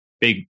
big